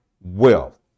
Wealth